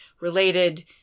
related